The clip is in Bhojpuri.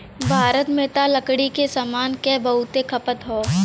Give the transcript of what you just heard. भारत में त लकड़ी के सामान क बहुते खपत हौ